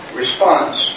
response